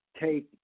take